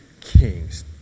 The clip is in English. kings